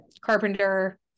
carpenter